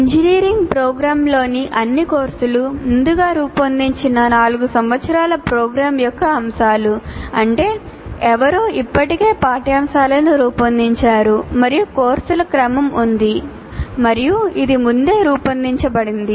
engineering ప్రోగ్రామ్లలోని అన్ని కోర్సులు ముందుగా రూపొందించిన 4 సంవత్సరాల ప్రోగ్రామ్ యొక్క అంశాలు అంటే ఎవరో ఇప్పటికే పాఠ్యాంశాలను రూపొందించారు మరియు కోర్సుల క్రమం ఉంది మరియు ఇది ముందే రూపొందించబడింది